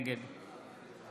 נגד